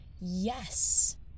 yes